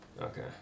Okay